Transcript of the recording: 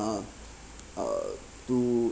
uh uh to